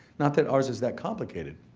not that ours is that complicated,